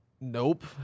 Nope